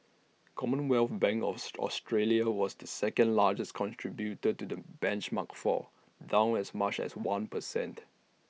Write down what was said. commonwealth bank of Australia was the second largest contributor to the benchmark's fall down as much as one per cent